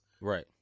Right